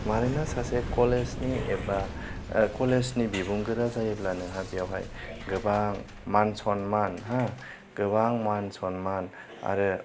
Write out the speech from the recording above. मानोना सासे कलेजनि एबा कलेजनि बिबुंगोरा जायोब्ला नोंहा बेवहाय गोबां मान सनमान हो गोबां मान सनमान आरो